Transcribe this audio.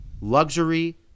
luxury